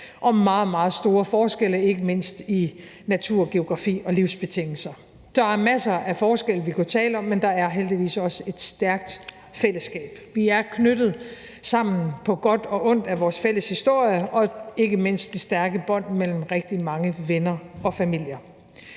meget store forskelle, ikke mindst i natur, geografi og livsbetingelser. Der er masser af forskelle, vi kunne tale om, men der er heldigvis også et stærkt fællesskab. Vi er knyttet sammen på godt og ondt af vores fælles historie og ikke mindst de stærke bånd mellem rigtig mange venner og familier.